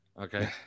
Okay